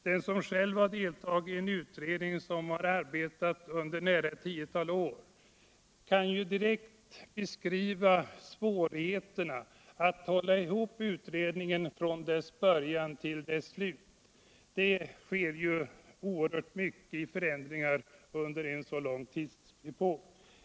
Den som själv har deltagit i en utredning som har arbetat under ett tiotal år kan säkert intyga hur svårt det är att hålla ihop utredningen från dess början till dess slut. Det sker ju oerhört många förändringar under en så lång tidsepok.